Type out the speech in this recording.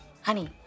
Honey